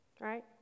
right